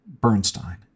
Bernstein